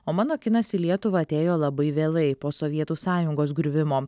o mano kinas į lietuvą atėjo labai vėlai po sovietų sąjungos griuvimo